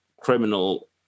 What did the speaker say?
criminal